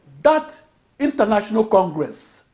that international congress